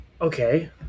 okay